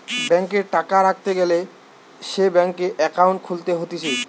ব্যাংকে টাকা রাখতে গ্যালে সে ব্যাংকে একাউন্ট খুলতে হতিছে